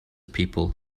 people